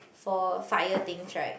for fire things right